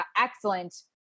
excellent